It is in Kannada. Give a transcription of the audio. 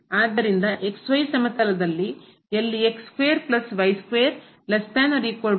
ಎಂದರೆ ಎರಡೂ ನೈಜವಾಗಿವೆ